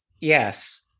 Yes